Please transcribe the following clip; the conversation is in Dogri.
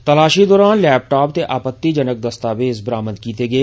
तलाषी दरान लैपटॉप ते आपत्तिजनक दस्तावेज़ बरामद कीते गे